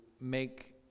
make